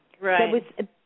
Right